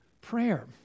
prayer